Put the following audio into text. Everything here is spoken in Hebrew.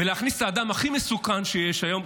ולהכניס את האדם הכי מסוכן שיש היום,